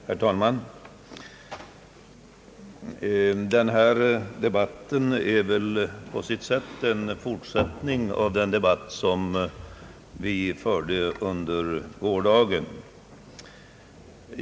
Herr talman! Denna debatt är väl på sitt sätt en fortsättning av den debatt som vi förde under gårdagen.